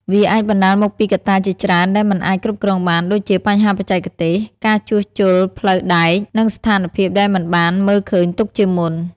វាអាចបណ្ដាលមកពីកត្តាជាច្រើនដែលមិនអាចគ្រប់គ្រងបានដូចជា បញ្ហាបច្ចេកទេស ការជួសជុលផ្លូវដែក និងស្ថានភាពដែលមិនបានមើលឃើញទុកជាមុន។